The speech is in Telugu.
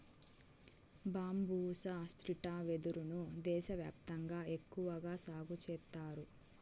బంబూసా స్త్రిటా వెదురు ను దేశ వ్యాప్తంగా ఎక్కువగా సాగు చేత్తారు